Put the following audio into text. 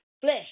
flesh